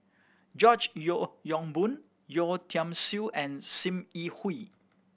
George Yeo Yong Boon Yeo Tiam Siew and Sim Yi Hui